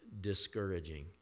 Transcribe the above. discouraging